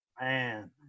Man